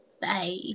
Bye